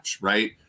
right